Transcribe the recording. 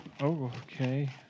okay